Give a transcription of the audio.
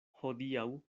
hodiaŭ